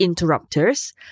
interrupters